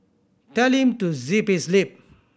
tell him to zip his lip